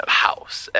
house